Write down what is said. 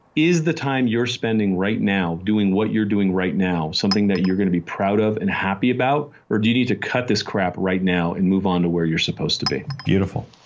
is the time you're spending right now doing what you're doing right now something that you're going to be proud of and happy about? or do you need to cut this crap right now and move on to where you're supposed to be? beautiful.